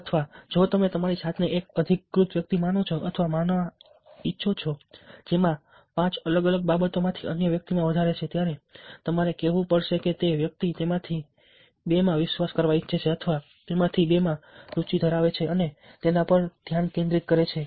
અથવા જો તમે તમારી જાતને એક અધિકૃત વ્યક્તિ માનો છો માનવા ઈચ્છો છો જેમાં પાંચ અલગ અલગ બાબતોમાંથી અન્ય વ્યક્તિમાં વધારે છે ત્યારે તમારે કહેવું પડશે કે તે વ્યક્તિ તેમાંથી બેમાં વિશ્વાસ કરવા ઈચ્છે છે અથવા તેમાંથી બેમાં રુચિ ધરાવે છે અને તેના પર ધ્યાન કેન્દ્રિત કરે છે